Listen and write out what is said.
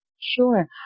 Sure